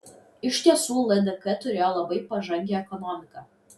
iš tiesų ldk turėjo labai pažangią ekonomiką